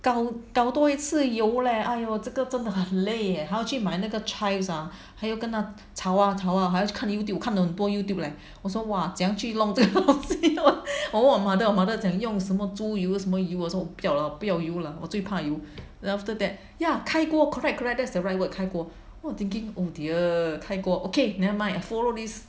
搞搞多一次油 leh !aiyo! 这个真的很累 leh 还要去买那个 chives ah 还有跟他炒啊炒啊还是去看 Youtube 看了很多 Youtube leh 我说 !wah! 怎样去弄怎样去弄 这个东西我问我 mother mother 怎样用什么猪油什么油什么不要了不要油了我最怕油 then after that ya 开锅 correct correct that's the right word 开锅 then I was thinking oh dear 开锅 okay never mind I follow this